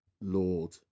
Lord